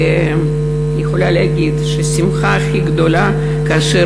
ואני יכולה להגיד שהשמחה הכי גדולה זה כאשר